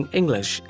english